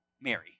Mary